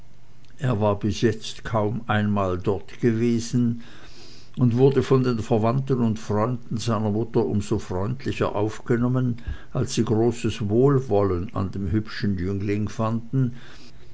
er war bis jetzt kaum einmal dort gewesen und wurde von den verwandten und freunden seiner mutter um so freundlicher aufgenommen als sie großes wohlgefallen an dem hübschen jüngling fanden